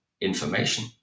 information